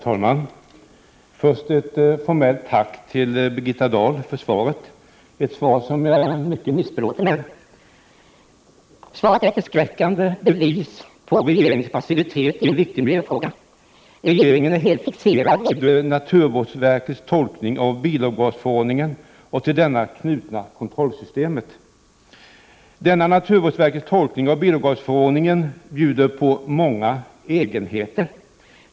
Herr talman! Först ett formellt tack till Birgitta Dahl för svaret — ett svar som jag är mycket missbelåten med. Svaret är ett förskräckande bevis på regeringens passivitet i en viktig miljöfråga. Regeringen är helt fixerad vid naturvårdsverkets tolkning av bilavgasförordningen och det till denna knutna kontrollsystemet. Denna naturvårdsverkets tolkning av bilavgasförordningen bjuder på många egenheter.